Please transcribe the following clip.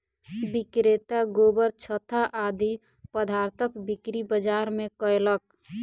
विक्रेता गोबरछत्ता आदि पदार्थक बिक्री बाजार मे कयलक